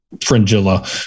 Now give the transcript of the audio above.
fringilla